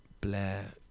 Blair